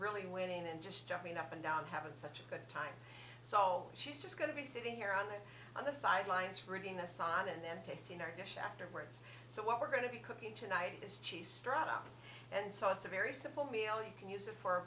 really winning and just don't mean up and down having such a good time so she's just going to be sitting here on the on the sidelines reading the sign and then takes you know afterwards so what we're going to be cooking tonight is cheese strata and so it's a very simple meal you can use it for